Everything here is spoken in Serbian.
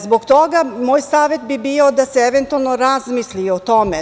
Zbog toga, moj savet bi bio da se eventualno razmisli o tome.